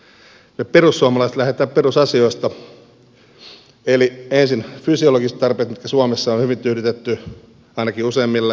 me perussuomalaiset lähdemme perusasioista eli ensin fysiologisista tarpeista mitkä suomessa on hyvin tyydytetty ainakin useimmille